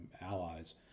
allies